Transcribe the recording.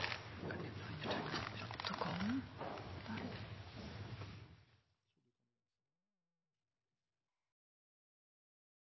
nå, er det